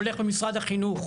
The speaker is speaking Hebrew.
הולך למשרד החינוך.